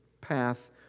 path